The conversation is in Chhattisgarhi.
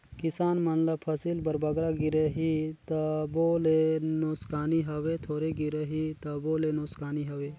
किसान मन ल फसिल बर बगरा गिरही तबो ले नोसकानी हवे, थोरहें गिरही तबो ले नोसकानी हवे